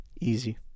Easy